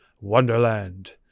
wonderland